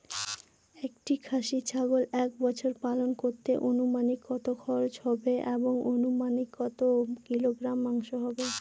একটি খাসি ছাগল এক বছর পালন করতে অনুমানিক কত খরচ হবে এবং অনুমানিক কত কিলোগ্রাম মাংস হবে?